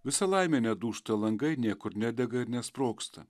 visa laimė nedūžta langai niekur nedega ir nesprogsta